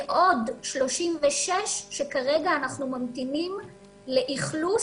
ועוד 36 שכרגע אנחנו ממתינים לאכלוס,